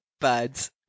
buds